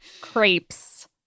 crepes